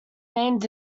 named